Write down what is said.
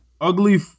ugly